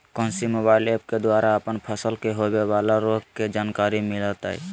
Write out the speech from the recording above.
कौन सी mobile app के द्वारा अपन फसल के होबे बाला रोग के जानकारी मिलताय?